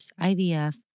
IVF